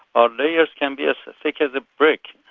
our layers can be a thick as a brick,